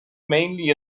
mainly